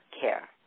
care